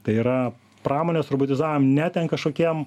tai yra pramonės robotizam ne ten kažkokiem